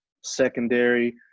secondary